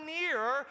nearer